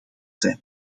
zijn